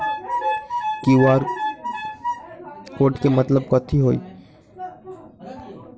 QR code के मतलब कथी होई?